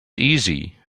easy